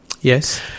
yes